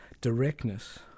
directness